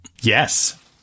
Yes